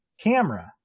camera